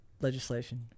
Legislation